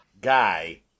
guy